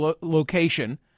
location